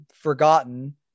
forgotten